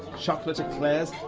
chocolate eclairs.